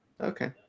Okay